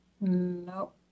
no